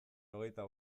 hogeita